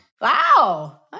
Wow